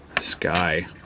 Sky